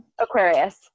Aquarius